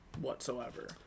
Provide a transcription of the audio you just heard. whatsoever